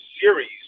series